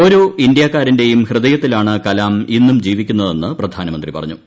ഓരോ ഇന്തൃക്കാരന്റെയും ഹൃദയത്തിലാണ് കലാം ഇന്നും ജീവിക്കുന്നതെന്ന് പ്രധാനമന്ത്രി പറഞ്ഞു